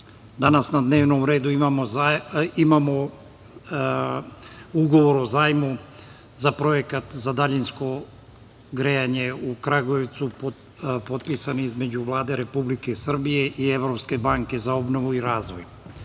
danas na dnevnom redu imamo ugovor u zajmu za projekat za daljinsko grejanje u Kragujevcu, potpisan između Vlade Republike Srbije i Evropske banke za obnovu i razvoj. Ugovor